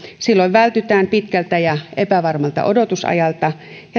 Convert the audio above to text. silloin vältytään pitkältä ja epävarmalta odotusajalta